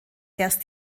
erst